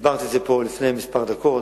הסברתי פה לפני כמה דקות,